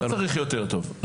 לא צריך יותר טוב,